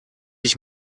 ich